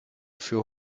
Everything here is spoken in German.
für